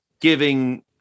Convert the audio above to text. giving